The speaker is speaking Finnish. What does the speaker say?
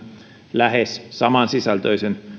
lähes samansisältöisen